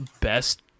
best